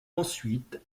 ensuite